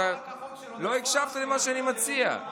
לא הקשבת למה שאני מציע.